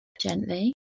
gently